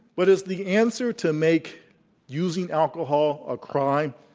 but is the answer to make using alcohol a crime?